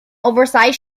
oversized